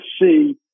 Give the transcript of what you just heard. see